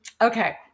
Okay